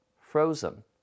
frozen